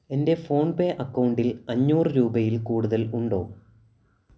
എൻ്റെ ഫോൺപേ അക്കൗണ്ടിൽ അഞ്ഞൂറ് രൂപയിൽ കൂടുതൽ ഉണ്ടോ